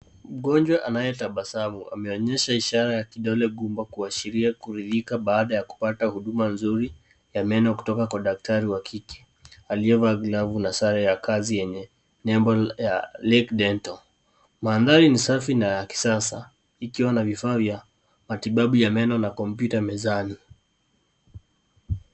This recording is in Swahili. Mgonjwa anayetabasamu ameonyesha ishara ya kidole kubwa kuashiria kuridhika baada ya kupata huduma nzuri ya meno kutoka Kwa daktari wa kike aliyevaa glovu na sare ya kazi yenye nembo ya lec dental. Mandhari ni safi na ya kisasa ikiwa na vifaa vya matibabu ya meno na kompyuta mezani.